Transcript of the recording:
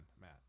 Matt